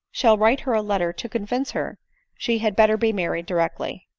shall write her a letter to convince her she had better be married directly.